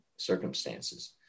circumstances